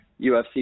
ufc